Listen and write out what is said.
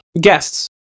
guests